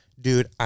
dude